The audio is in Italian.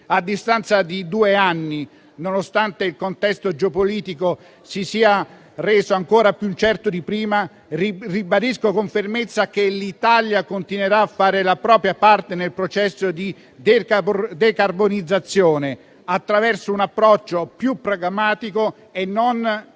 A distanza di due anni, nonostante il contesto geopolitico si sia reso ancora più incerto di prima, ribadisco con fermezza che l'Italia continuerà a fare la propria parte nel processo di decarbonizzazione, attraverso un approccio più pragmatico e non ideologico